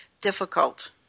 difficult